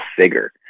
figure